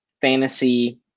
fantasy